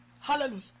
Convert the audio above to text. Hallelujah